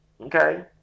okay